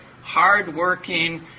hardworking